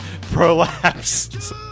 prolapse